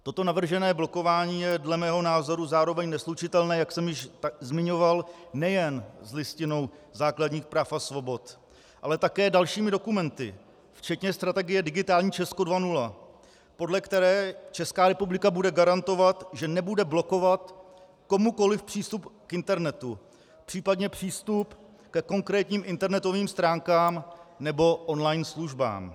Toto navržené blokování je dle mého názoru zároveň neslučitelné, jak jsem již zmiňoval, nejen s Listinou základních práv a svobod, ale také dalšími dokumenty včetně strategie Digitální Česko 2.0, podle které Česká republika bude garantovat, že nebude blokovat komukoliv přístup k internetu, případně přístup ke konkrétním internetovým stránkám nebo online službám.